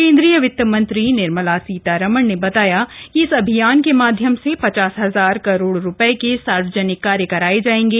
केन्द्रीय वित्त मंत्री निर्मला सीतारामन ने बताया कि इस अभियान के माध्यम से पचास हजार करोड़ रुपये के सार्वजनिक कार्य कराए जाएंगे